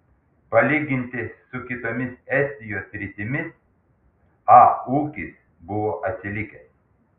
palyginti su kitomis estijos sritimis a ūkis buvo atsilikęs